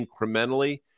incrementally